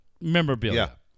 memorabilia